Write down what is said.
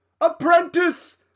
Apprentice